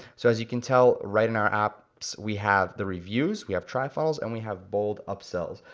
so as you can tell, right in our apps, we have the reviews, we have trifunnels, and we have bold upsell.